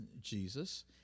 Jesus